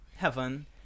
heaven